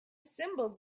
symbols